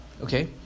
Okay